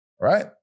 right